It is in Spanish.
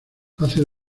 hace